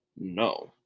no